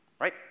Right